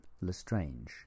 Lestrange